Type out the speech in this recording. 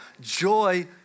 joy